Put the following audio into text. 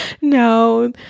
No